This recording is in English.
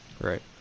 Right